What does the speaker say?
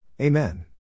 Amen